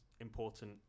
important